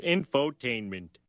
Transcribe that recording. Infotainment